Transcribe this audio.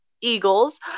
eagles